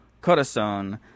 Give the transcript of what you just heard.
Corazon